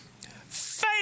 Faith